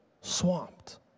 swamped